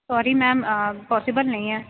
sorry ma'am possible نہیں ہے